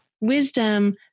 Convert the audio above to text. Wisdom